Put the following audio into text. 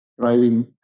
driving